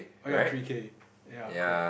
ah ya three K ya correct